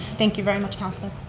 thank you very much, councilor.